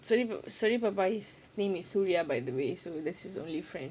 suri suri papa his name is suria by the way so that's his only friend